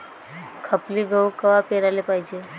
खपली गहू कवा पेराले पायजे?